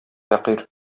фәкыйрь